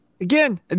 Again